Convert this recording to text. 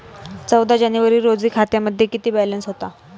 चौदा जानेवारी रोजी खात्यामध्ये किती बॅलन्स होता?